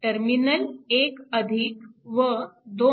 terminal 1 व 2